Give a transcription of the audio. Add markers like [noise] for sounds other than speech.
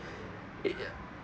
[noise]